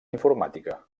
informàtica